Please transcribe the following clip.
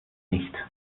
nicht